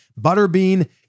Butterbean